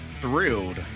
thrilled